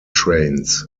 trains